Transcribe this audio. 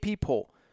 poll